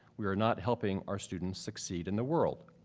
we are not helping our students succeed in the world.